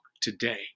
today